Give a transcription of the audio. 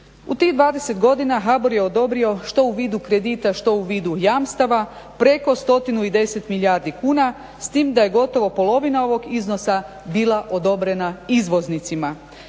U tih 20 godina HBOR je odobrio što u vidu kredita, što u vidu jamstava preko 110 milijardu kuna s tim da je gotovo polovina ovog iznosa bila odobrena izvoznicima.